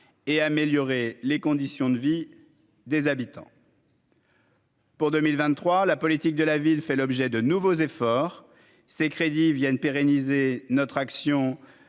et améliorer les conditions de vie des habitants. Pour 2023 la politique de la ville, fait l'objet de nouveaux efforts, ces crédits viennent pérenniser notre action